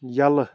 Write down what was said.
یلہٕ